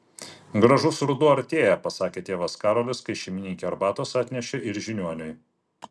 gražus ruduo artėja pasakė tėvas karolis kai šeimininkė arbatos atnešė ir žiniuoniui